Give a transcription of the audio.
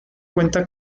cuenta